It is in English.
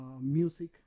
music